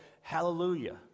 hallelujah